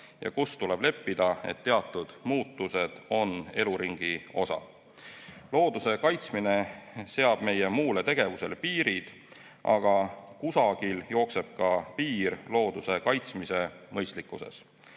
ja kus tuleb leppida, et teatud muutused on eluringi osa. Looduse kaitsmine seab meie muule tegevusele piirid. Aga kusagil jookseb ka looduse kaitsmisel mõistlikkuse